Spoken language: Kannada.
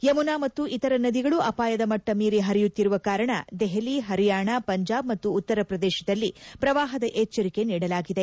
ಯಮುನಾ ಮತ್ತು ಇತರ ನದಿಗಳು ಅಪಾಯಮಟ್ಟ ಮೀರಿ ಹರಿಯುತ್ತಿರುವ ಕಾರಣ ದೆಹಲಿ ಹರಿಯಾಣ ಪಂಜಾಬ್ ಮತ್ತು ಉತ್ತರ ಪ್ರದೇಶದಲ್ಲಿ ಪ್ರವಾಹದ ಎಚ್ಚರಿಕೆ ನೀಡಲಾಗಿದೆ